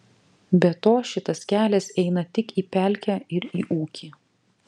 be to šitas kelias eina tik į pelkę ir į ūkį